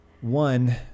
one